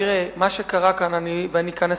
תראה, מה שקרה כאן, ואני כאן אסכם,